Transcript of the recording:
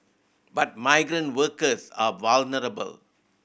but migrant workers are vulnerable